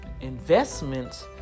investments